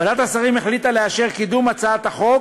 ועדת השרים החליטה לאשר את קידום הצעת החוק